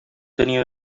tenia